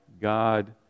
God